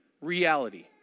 reality